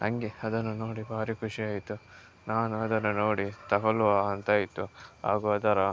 ನನಗೆ ಅದನು ನೋಡಿ ಭಾರಿ ಖುಷಿ ಆಯಿತು ನಾನು ಅದನ್ನು ನೋಡಿ ತಗೊಳ್ಳುವ ಅಂತ ಆಯಿತು ಹಾಗು ಅದರ